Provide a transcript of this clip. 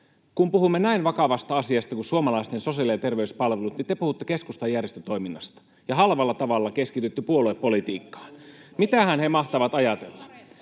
kun puhumme näin vakavasta asiasta kuin suomalaisten sosiaali- ja terveyspalvelut ja te puhutte keskustan järjestötoiminnasta ja halvalla tavalla keskitytte puoluepolitiikkaan? Mitähän he mahtavat ajatella?